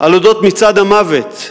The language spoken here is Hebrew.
על אודות מצעד המוות,